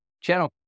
channel